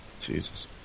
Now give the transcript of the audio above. Jesus